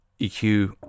EQ